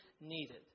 needed